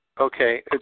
Okay